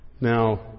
Now